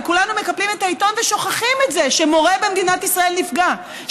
וכולנו מקפלים את העיתון ושוכחים את זה שמורה במדינת ישראל נפגע,